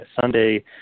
Sunday